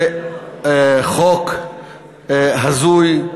זה חוק הזוי,